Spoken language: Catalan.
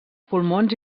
pulmons